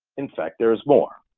in fact, there's more.